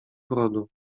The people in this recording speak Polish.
brodu